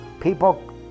people